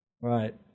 right